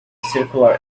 circular